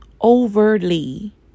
overly